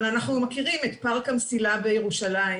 אבל אנחנו מכירים את פארק המסילה בירושלים,